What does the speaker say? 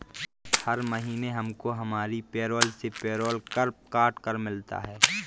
हर महीने हमको हमारी पेरोल से पेरोल कर कट कर मिलता है